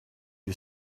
you